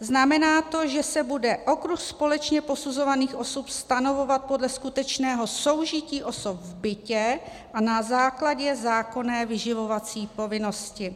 Znamená to, že se bude okruh společně posuzovaných osob stanovovat podle skutečného soužití osob v bytě a na základě zákonné vyživovací povinnosti.